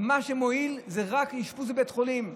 מה שמועיל זה רק אשפוז בבית חולים.